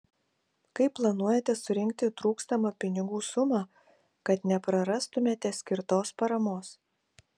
kaip planuojate surinkti trūkstamą pinigų sumą kad neprarastumėte skirtos paramos